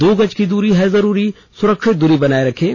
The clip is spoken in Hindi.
दो गज की दूरी है जरूरी सुरक्षित दूरी बनाए रखें